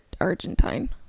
argentine